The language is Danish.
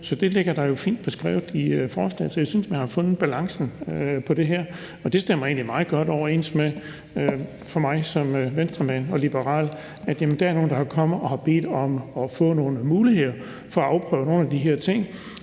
Så det er jo fint beskrevet i forslaget. Så jeg synes, man har fundet balancen i det her, og det stemmer egentlig for mig som Venstremand og liberal meget godt overens, at der er nogle, der er kommet og har bedt om at få nogle muligheder for at afprøve nogle af de her ting.